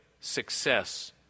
success